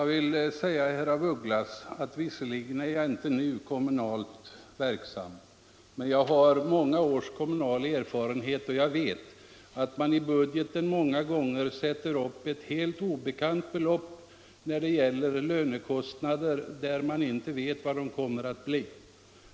Herr talman! Visserligen är jag inte nu kommunalt verksam, herr af Ugglas, men jag har många års kommunal erfarenhet och vet att man i budgeten många gånger sätter upp ett helt obekant belopp när det gäller lönekostnader därför att man inte vet vad de kommer att bli.